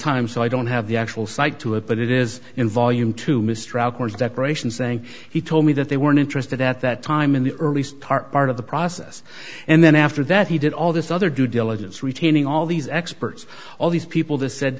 time so i don't have the actual site to it but it is in volume two mr outwards that gratian saying he told me that they weren't interested at that time in the early start part of the process and then after that he did all this other due diligence retaining all these experts all these people to said